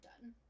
done